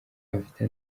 afite